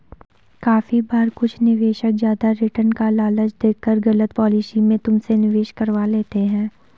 काफी बार कुछ निवेशक ज्यादा रिटर्न का लालच देकर गलत पॉलिसी में तुमसे निवेश करवा लेते हैं